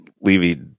Levy